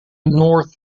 north